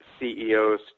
CEOs